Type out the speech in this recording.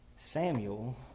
Samuel